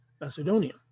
Macedonia